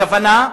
הכוונה,